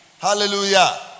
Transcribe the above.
Hallelujah